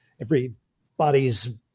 everybody's